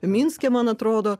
minske man atrodo